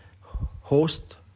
host